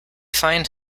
find